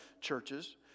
churches